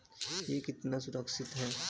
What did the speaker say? यह कितना सुरक्षित है?